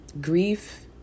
grief